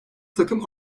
takım